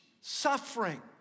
suffering